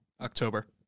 October